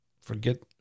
forget